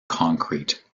concrete